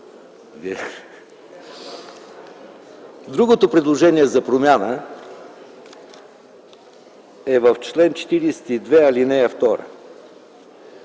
Другото предложение за промяна е в чл. 42, ал. 2.